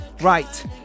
Right